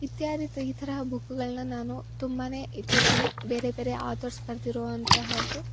ಇತ್ಯಾದಿ ಇತ ಈ ಥರ ಬುಕ್ಗಳನ್ನ ನಾನು ತುಂಬಾ ಇಟ್ಟಿರ್ತಿನಿ ಬೇರೆ ಬೇರೆ ಅತೊರ್ಸ್ ಬರೆದಿರೋವಂತಹದ್ದು